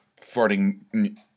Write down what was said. Farting